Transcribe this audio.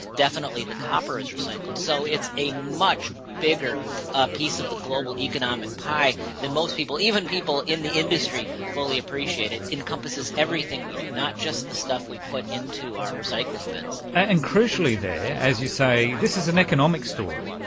definitely the copper is recycled. so it's a much bigger ah piece of the global economic pie than most people, even people in the industry, fully appreciate. it encompasses everything we do, not just the stuff we put into our recycling bins. and crucially there, as you say, this is an economic story.